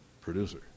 producer